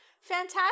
Fantastic